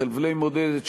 חבלי מולדת שפינינו.